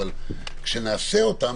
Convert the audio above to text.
אבל כשנעשה אותן,